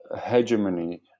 hegemony